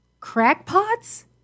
Crackpots